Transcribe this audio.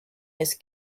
his